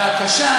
והקשה,